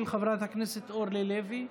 של חברת הכנסת אורלי לוי אבקסיס.